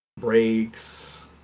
Breaks